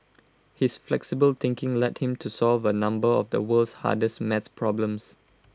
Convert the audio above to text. his flexible thinking led him to solve A number of the world's hardest maths problems